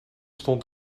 stond